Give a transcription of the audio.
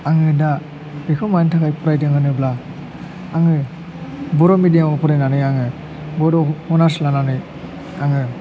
आङो दा बेखौ मानि थाखाय फरायदों होनोब्ला आङो बर' मेदियामाव फरायनानै आङो बड' अनार्स लानानै आङो